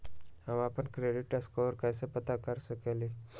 हम अपन credit score कैसे पता कर सकेली?